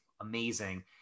amazing